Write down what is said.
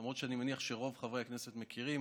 למרות שאני מניח שרוב חברי הכנסת מכירים,